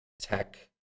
tech